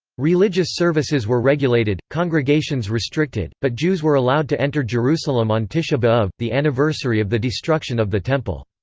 religious services were regulated, congregations restricted, but jews were allowed to enter jerusalem on tisha b'av, the anniversary of the destruction of the temple.